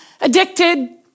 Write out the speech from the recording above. addicted